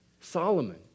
Solomon